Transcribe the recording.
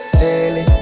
daily